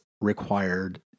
required